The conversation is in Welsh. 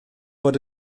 bod